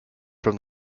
from